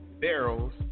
barrels